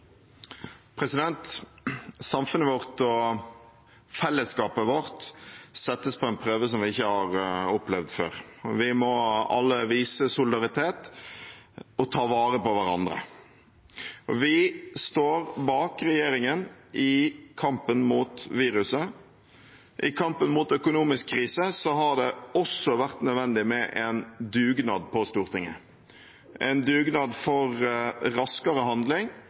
Samfunnet vårt og fellesskapet vårt settes på en prøve som vi ikke har opplevd før. Vi må alle vise solidaritet og ta vare på hverandre. Vi står bak regjeringen i kampen mot viruset. I kampen mot økonomisk krise har det også vært nødvendig med en dugnad på Stortinget, en dugnad for raskere handling,